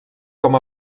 com